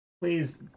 please